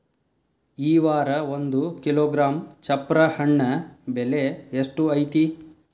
ಈ ವಾರ ಒಂದು ಕಿಲೋಗ್ರಾಂ ಚಪ್ರ ಹಣ್ಣ ಬೆಲೆ ಎಷ್ಟು ಐತಿ?